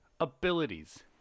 abilities